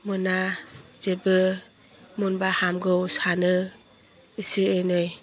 मोना जेबो मोनबा हामगौ सानो एसे एनै